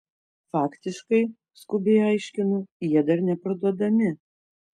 faktiškai skubiai aiškinu jie dar neparduodami